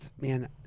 Man